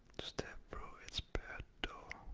step through its barred door,